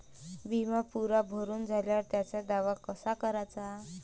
बिमा पुरा भरून झाल्यावर त्याचा दावा कसा कराचा?